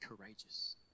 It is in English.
courageous